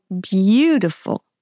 beautiful